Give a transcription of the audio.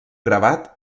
gravat